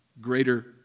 greater